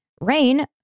Rain